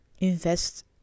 invest